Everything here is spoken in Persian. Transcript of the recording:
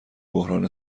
بحران